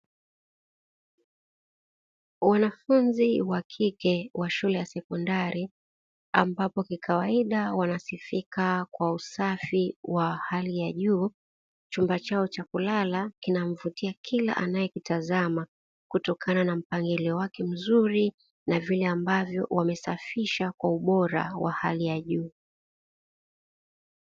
Wanafunzi wa kike wa shule ya sekondari, ambapo kikawaida wanasifika kwa usafi wa hali ya juu chumba chao cha kulala kinamvutia kila anayekutazama, kutokana na mpangilio wake mzuri na vile ambavyo wamesafisha kwa ubora wa hali ya juu.